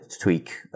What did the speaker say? tweak